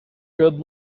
good